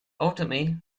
ultimately